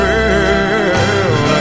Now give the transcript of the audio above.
Girl